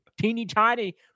Teeny-tiny